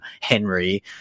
henry